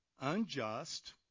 unjust